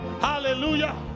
Hallelujah